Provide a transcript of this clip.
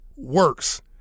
works